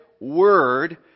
word